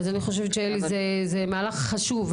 אז אני חושבת שזה מהלך חשוב,